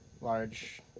large